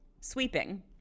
sweeping